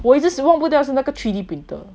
我一直死忘不掉是那个 three D printer